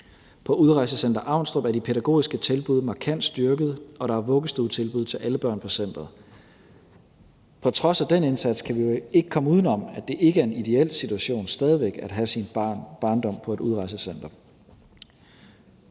På Udrejsecenter Avnstrup er de pædagogiske tilbud markant styrket, og der er vuggestuetilbud til alle børn på centeret. På trods af den indsats kan vi ikke komme udenom, at det ikke er en ideel situation stadig væk at have sin barndom på et udrejsecenter.